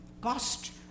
cost